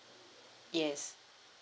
yes